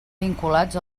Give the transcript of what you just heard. vinculats